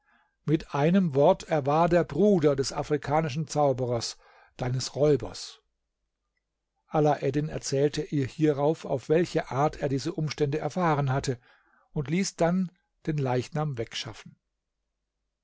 mit einem wort er war der bruder des afrikanischen zauberers deines räubers alaeddin erzählte ihr hierauf auf welche art er diese umstände erfahren hatte und ließ sodann den leichnam wegschaffen